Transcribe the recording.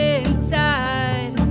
inside